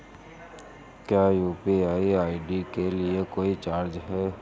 क्या UPI ID के लिए कोई चार्ज है?